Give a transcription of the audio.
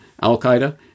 Al-Qaeda